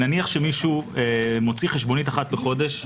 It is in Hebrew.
נניח שמישהו מוציא חשבונית אחת בחודש,